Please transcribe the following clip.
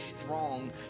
strong